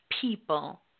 people